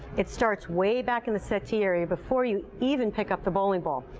it starts way back in the settee area before you even pick up the bowling ball.